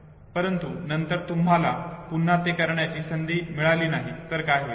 परंतु नंतर तुम्हाला पुन्हा ते करण्याची संधी मिळाली नाही तर काय होईल